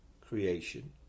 creation